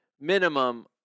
Minimum